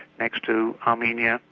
next to armenia,